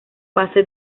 pase